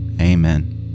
amen